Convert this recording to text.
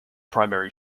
primary